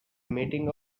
meeting